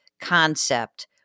concept